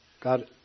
God